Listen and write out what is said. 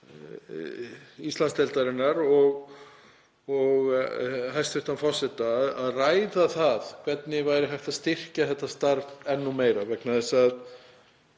Íslandsdeildarinnar og hæstv. forseta til að ræða það hvernig væri hægt að styrkja þetta starf enn meira vegna þess að